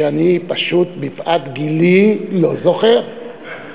שאני, פשוט מפאת גילי, לא זוכר.